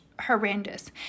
horrendous